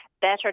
better